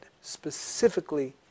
specifically